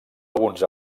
alguns